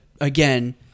again